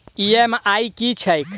EMI की छैक?